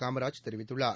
காமராஜ் தெரிவித்துள்ளார்